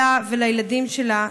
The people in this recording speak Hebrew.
שלה ושל הילדים שלה,